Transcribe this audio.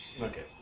Okay